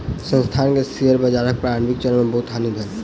संस्थान के शेयर बाजारक प्रारंभिक चरण मे बहुत हानि भेल